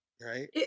right